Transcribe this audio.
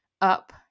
up